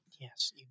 yes